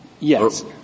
Yes